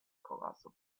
colossal